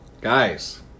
guys